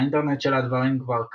האינטרנט של הדברים כבר כאן,